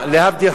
חלילה וחס,